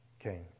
okay